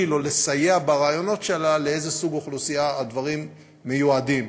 או לסייע ברעיונות שלה לאיזה סוג אוכלוסייה הדברים מיועדים.